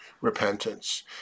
repentance